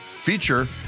Feature